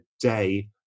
day